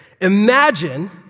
Imagine